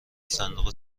صندوق